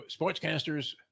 sportscasters